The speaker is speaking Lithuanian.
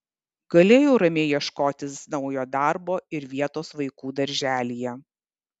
galėjau ramiai ieškotis naujo darbo ir vietos vaikų darželyje